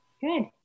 Good